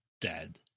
dead